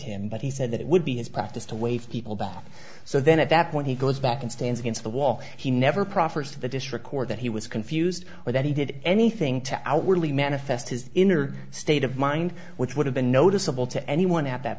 him but he said that it would be his practice to waive so then at that point he goes back and stands against the wall he never proffers to the district court that he was confused or that he did anything to outwardly manifest his inner state of mind which would have been noticeable to anyone at that